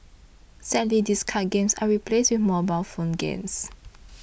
sadly these card games are replaced with mobile phone games